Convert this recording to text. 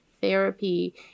therapy